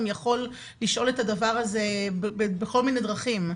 יכול לשאול את הדבר הזה בכל מיני דרכים,